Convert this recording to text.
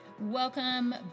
Welcome